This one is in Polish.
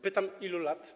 Pytam: Ilu lat?